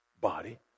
body